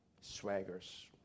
swaggers